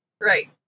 Right